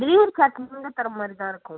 delivery charge நீங்கள் தான் தர மாதிரி தான் இருக்கும்